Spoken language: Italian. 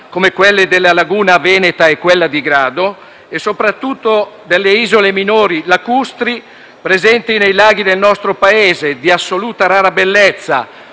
come quelle della laguna veneta e di Grado, e soprattutto, delle isole minori lacustri presenti nei laghi del nostro Paese, di assoluta rara bellezza,